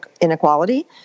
inequality